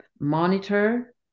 monitor